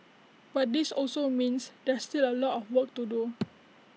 but this also means there's still A lot of work to do